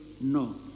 no